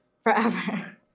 Forever